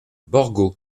borgo